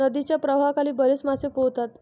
नदीच्या प्रवाहाखाली बरेच मासे पोहतात